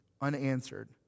unanswered